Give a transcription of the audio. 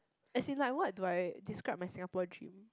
as in like what do I describe my Singapore dream